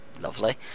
lovely